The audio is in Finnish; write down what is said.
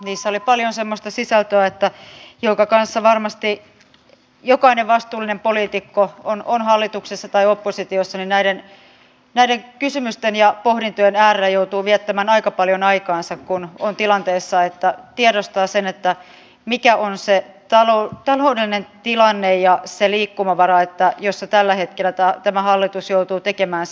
niissä oli paljon semmoista sisältöä jonka kanssa varmasti jokainen vastuullinen poliitikko on hallituksessa tai oppositiossa näiden kysymysten ja pohdintojen äärellä joutuu viettämään aika paljon aikaansa kun on tilanteessa että tiedostaa sen mikä on se taloudellinen tilanne ja se liikkumavara jossa tällä hetkellä tämä hallitus joutuu tekemään sitä työtä